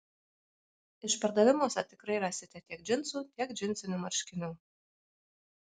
išpardavimuose tikrai rasite tiek džinsų tiek džinsinių marškinių